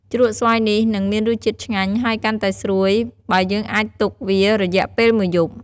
ជ្រក់ស្វាយនេះនឹងមានរសជាតិឆ្ងាញ់ ហើយកាន់តែស្រួយបើយើងអាចទុកវារយៈពេលមួយយប់។